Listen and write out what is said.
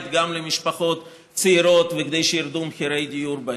גם למשפחות צעירות וכדי שירדו מחירי הדיור בעיר,